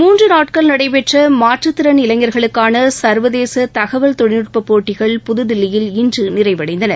மூன்று நாட்கள் நடைபெற்ற மாற்றுத்திறன் இளைஞர்களுக்கான சர்வதேச தகவல்தொழில்நுட்ப போட்டிகள் புதுதில்லியில் இன்று நிறைவடைந்தன